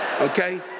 okay